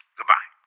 Goodbye